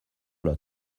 lot